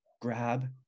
grab-